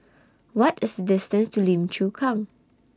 What This distance to Lim Chu Kang